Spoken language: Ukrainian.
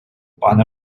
пане